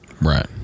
Right